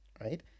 Right